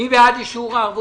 מי מציג את הערבויות?